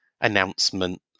announcement